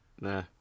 Nah